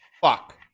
Fuck